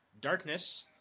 Darkness